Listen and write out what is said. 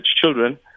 children